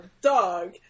dog